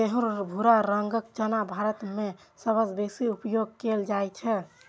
गहींर भूरा रंगक चना भारत मे सबसं बेसी उपयोग कैल जाइ छै